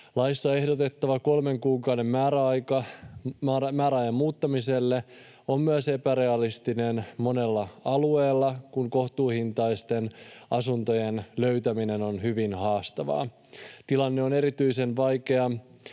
Laissa ehdotettava kolmen kuukauden määräaika muuttamiselle on myös epärealistinen monella alueella, kun kohtuuhintaisten asuntojen löytäminen on hyvin haastavaa. Tilanne on erityisen vaikea